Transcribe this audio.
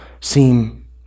seem